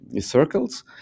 circles